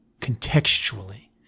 contextually